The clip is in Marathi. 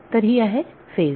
तर ही आहे फेज